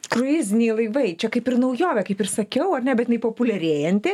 kruiziniai laivai čia kaip ir naujovė kaip ir sakiau ar ne bet inai populiarėjanti